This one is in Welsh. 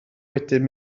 wedyn